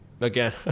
Again